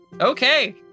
okay